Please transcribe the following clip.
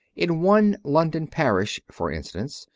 in one london parish, for instance,